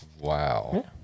Wow